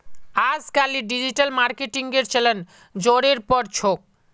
अजकालित डिजिटल मार्केटिंगेर चलन ज़ोरेर पर छोक